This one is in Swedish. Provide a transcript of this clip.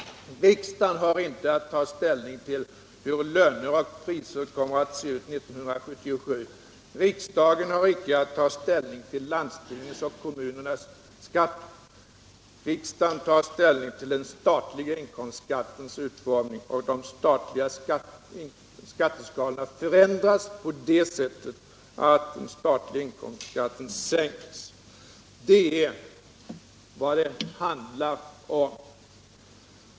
Riksdagen har inte att ta ställning till hur löner och priser kommer att se ut 1977. Riksdagen har icke att ta ställning till landstingens och kommunernas skatter. Riksdagen tar ställning till den statliga inkomstskattens utformning, och de statliga skatteskalorna förändras på det sättet att den statliga inkomstskatten sänks. Det är vad det handlar om.